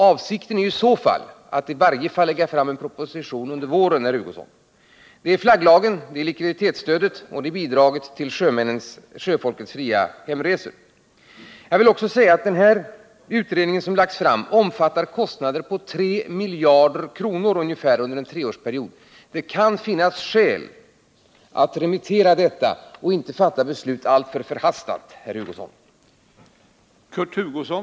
Avsikten är att lägga fram en proposition i varje fall under våren, herr Hugosson, där flagglagen, likviditetsstödet och bidraget till sjöfolkets fria hemresor skall behandlas. Jag vill också säga att den utredning som lagts fram omfattar kostnader på ungefär 3 miljarder kr. under en treårsperiod. Det kan finnas skäl att remittera detta förslag och inte fatta beslut alltför förhastat, herr Hugosson.